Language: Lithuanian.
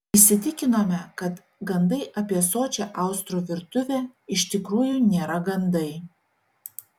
įsitikinome kad gandai apie sočią austrų virtuvę iš tikrųjų nėra gandai